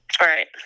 Right